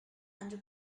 under